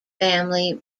family